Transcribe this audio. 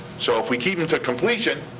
so if we keep em to completion,